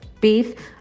Beef